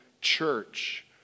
church